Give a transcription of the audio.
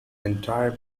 entire